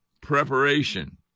preparation